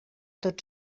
tot